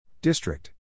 District